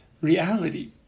reality